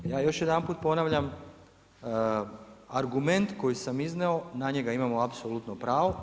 Ja još jedanput ponavljam, argument koji sam iznio na njega imamo apsolutno pravo.